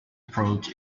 approach